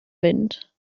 wind